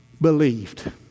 believed